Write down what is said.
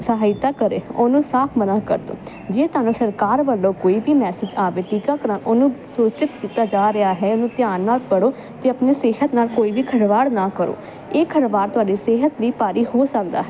ਸਹਾਇਤਾ ਕਰੇ ਉਹਨੂੰ ਸਾਫ ਮਨਾ ਕਰ ਦੋ ਜੇ ਤੁਹਾਨੂੰ ਸਰਕਾਰ ਵੱਲੋਂ ਕੋਈ ਵੀ ਮੈਸੇਜ ਆਵੇ ਟੀਕਾ ਕਰਾ ਉਹਨੂੰ ਸੂਚਿਤ ਕੀਤਾ ਜਾ ਰਿਹਾ ਹੈ ਉਹਨੂੰ ਧਿਆਨ ਨਾਲ ਪੜੋ ਤੇ ਆਪਣੇ ਸਿਹਤ ਨਾਲ ਕੋਈ ਵੀ ਖਲਵਾੜ ਨਾ ਕਰੋ ਇਹ ਖਲਬਾੜ ਤੁਹਾਡੀ ਸਿਹਤ ਵੀ ਭਾਰੀ ਹੋ ਸਕਦਾ ਹੈ